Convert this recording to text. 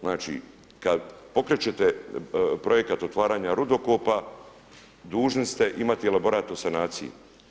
Znači kada pokrećete projekat otvaranja rudokopa dužni ste imati elaborat o sanaciji.